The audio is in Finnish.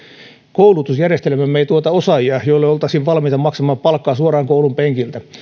koulutusjärjestelmämme ei tuota osaajia joille oltaisiin valmiita maksamaan palkkaa suoraan koulunpenkiltä